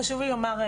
חשוב לי לומר,